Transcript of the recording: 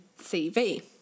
cv